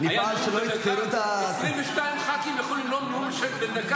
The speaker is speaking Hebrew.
22 ח"כים יכלו לנאום נאום בן דקה.